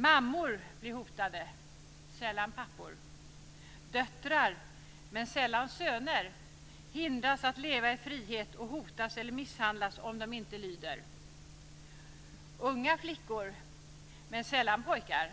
Mammor blir hotade, sällan pappor. Döttrar, men sällan söner, hindras att leva i frihet och hotas eller misshandlas om de inte lyder. Unga flickor, men sällan pojkar,